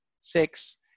six